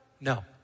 No